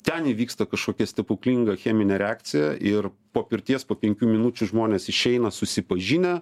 ten įvyksta kažkokia stebuklinga cheminė reakcija ir po pirties po penkių minučių žmonės išeina susipažinę